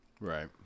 Right